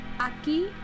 Aquí